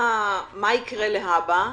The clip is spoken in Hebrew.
מה יקרה להבא?